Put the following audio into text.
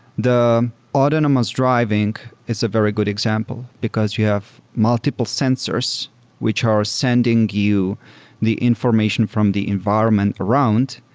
the autonomous driving is a very good example, because you have multiple sensors which are sending you the information from the environment around.